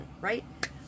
right